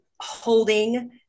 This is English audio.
holding